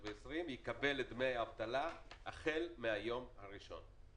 יקבל את דמי אבטלה החל מהיום הראשון.